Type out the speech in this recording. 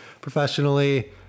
professionally